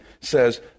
says